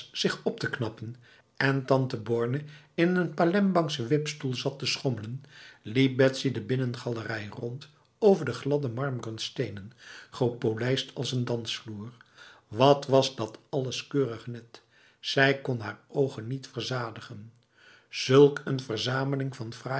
zich op te knappen en tante borne in een palembangse wipstoel zat te schommelen liep betsy de binnengalerij rond over de gladde marmeren stenen gepolijst als n dansvloer wat was dat alles keurig net zij kon haar ogen niet verzadigen zulk een verzameling van